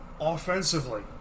offensively